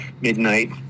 midnight